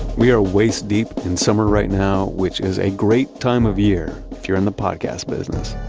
we are waist deep in summer right now, which is a great time of year if you're in the podcast business,